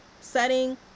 setting